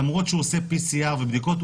למרות שהוא עושה PCR ובדיקות,